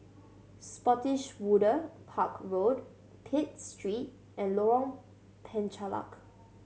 Spottiswoode Park Road Pitt Street and Lorong Penchalak